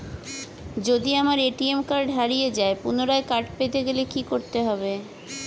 যদি আমার ATM card হারিয়ে যায় পুনরায় কার্ড পেতে গেলে কি করতে হবে?